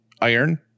iron